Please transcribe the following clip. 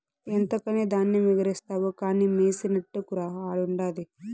ఎంతకని ధాన్యమెగారేస్తావు కానీ మెసినట్టుకురా ఆడుండాది